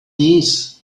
knees